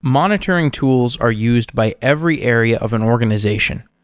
monitoring tools are used by every area of an organization.